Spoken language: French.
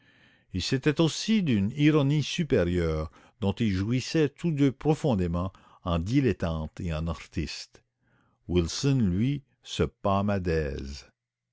et c'était aussi d'une ironie supérieure dont ils jouissaient tous deux profondément en dilettantes et en artistes wilson lui se pâmait d'aise